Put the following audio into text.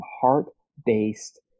heart-based